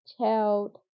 child